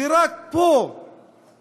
ורק פה ישראל,